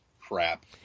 crap